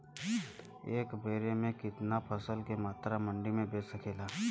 एक बेर में कितना फसल के मात्रा मंडी में बेच सकीला?